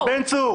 בבקשה.